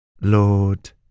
Lord